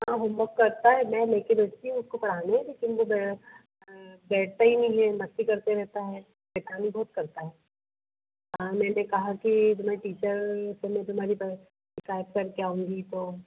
हाँ होमवर्क करता है मैं लेकर भेजती हूँ उसको पढ़ाने लेकिन वह बैठता ही नहीं है मस्ती करते रहता है शैतानी बहुत करता है हाँ मैंने कहा कि तुम्हारी टीचर से मैं तुम्हारी शिकायत करके आऊँगी तो